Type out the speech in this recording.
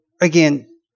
again